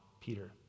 Peter